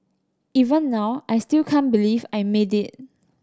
even now I still can't believe I made it